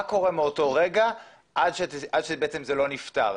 מה קורה באותו רגע עד בעצם שזה לא נפטר?